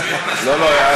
לא לא,